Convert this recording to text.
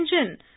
engine